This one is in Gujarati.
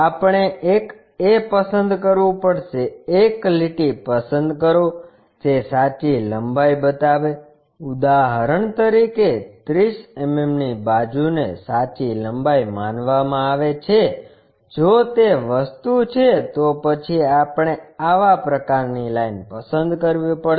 આપણે એક a પસંદ કરવું પડશે એક લીટી પસંદ કરો જે સાચી લંબાઈ બતાવે ઉદાહરણ તરીકે 30 mm ની બાજુ ને સાચી લંબાઈ માનવામાં આવે છે જો તે વસ્તુ છે તો પછી આપણે આવા પ્રકારની લાઈન પસંદ કરવી પડશે